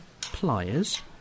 Pliers